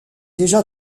déjà